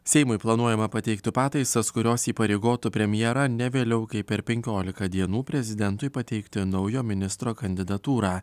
seimui planuojama pateikti pataisas kurios įpareigotų premjerą ne vėliau kaip per penkiolika dienų prezidentui pateikti naujo ministro kandidatūrą